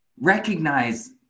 recognize